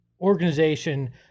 organization